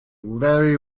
very